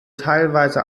teilweise